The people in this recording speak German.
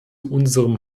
unserem